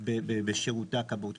בשירותי הכבאות?